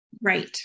Right